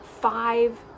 five